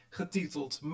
getiteld